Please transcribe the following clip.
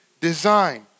design